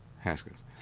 Haskins